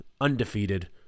undefeated